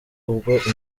ubwo